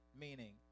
meaning